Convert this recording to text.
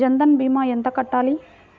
జన్ధన్ భీమా ఎంత కట్టాలి?